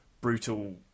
brutal